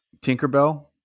Tinkerbell